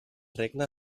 regne